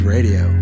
Radio